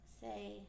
Say